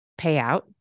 payout